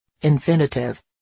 Infinitive